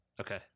Okay